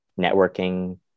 networking